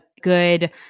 good